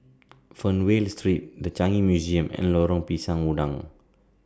Fernvale Street The Changi Museum and Lorong Pisang Udang